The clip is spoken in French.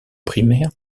primaire